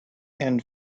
and